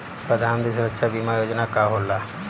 प्रधानमंत्री सुरक्षा बीमा योजना का होला?